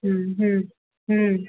हुँ हुँ हुँ